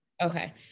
Okay